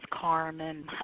Carmen